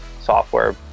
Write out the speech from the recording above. software